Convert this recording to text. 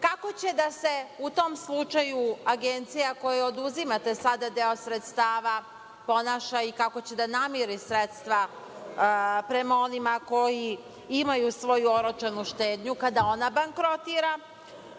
Kako će da se u tom slučaju agencija kojoj oduzimate deo sredstava ponaša i kako će namiri sredstva prema onima koji imaju svoju oročenu štednju kada ona bankrotira? Predlažem,